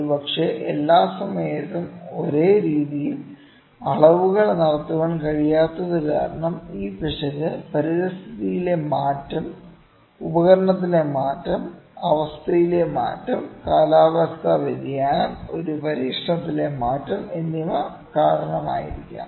ഒരുപക്ഷേ എല്ലാ സമയത്തും ഒരേ രീതിയിൽ അളവുകൾ നടത്താൻ കഴിയാത്തത് കാരണം ഈ പിശക് പരിസ്ഥിതിയിലെ മാറ്റം ഉപകരണത്തിലെ മാറ്റം അവസ്ഥയിലെ മാറ്റം കാലാവസ്ഥാ വ്യതിയാനം ഒരു പരീക്ഷണത്തിലെ മാറ്റം എന്നിവ കാരണം ആയിരിക്കാം